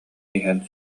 иһэн